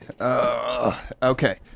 Okay